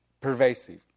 pervasive